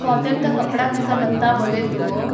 کاٹن کا کپڑا کیسا بنتا بولے تو